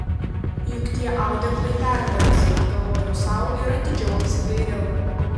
juk tie audeklai permirks pagalvojau sau ir atidžiau apsidairiau